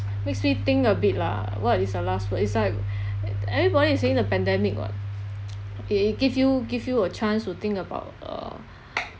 makes me think a bit lah what is your last word it's like everybody is saying the pandemic [what] it it give you give you a chance to think about uh